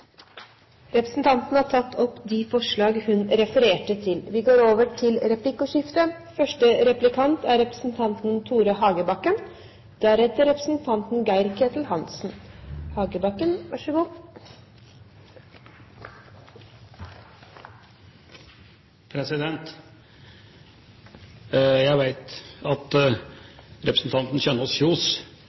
Representanten Kari Kjønaas Kjos har tatt opp de forslag hun refererte til. Det blir replikkordskifte. Jeg vet at representanten Kjønaas Kjos